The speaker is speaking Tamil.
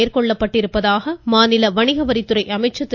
மேற்கொள்ளப்பட்டிருப்பதாக மாநில வணிகவரித்துறை அமைச்சர் திரு